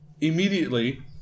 immediately